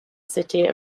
city